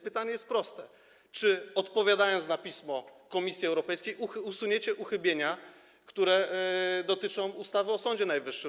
Pytanie jest więc proste: Czy odpowiadając na pismo Komisji Europejskiej, usuniecie uchybienia, które dotyczą ustawy o Sądzie Najwyższym?